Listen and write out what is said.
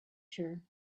sure